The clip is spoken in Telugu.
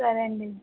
సరే అండి